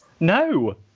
no